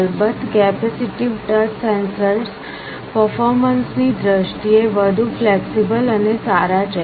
અલબત્ત capacitive touch sensors performance ની દ્રષ્ટિએ વધુ ફ્લેક્સિબલ અને સારા છે